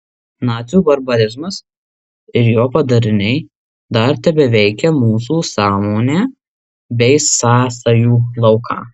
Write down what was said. nacių barbarizmas ir jo padariniai dar tebeveikia mūsų sąmonę bei sąsajų lauką